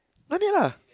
vanilla